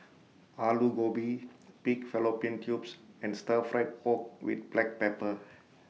Aloo Gobi Pig Fallopian Tubes and Stir Fried Pork with Black Pepper